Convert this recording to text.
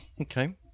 Okay